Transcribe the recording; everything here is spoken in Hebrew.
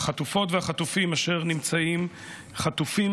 החטופות והחטופים אשר נמצאים חטופים